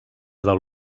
del